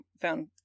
found